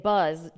Buzz